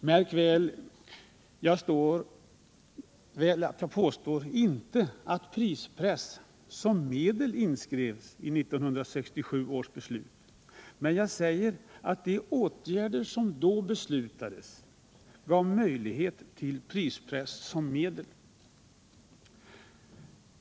Märk väl, jag påstår inte att prispress som medel inskrevs i 1967 års beslut, men de åtgärder som då beslutades innebar möjligheter att använda prispress som medel.